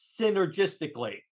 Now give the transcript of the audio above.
synergistically